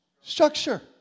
structure